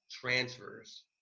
transfers